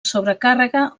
sobrecàrrega